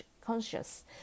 Conscious